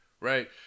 right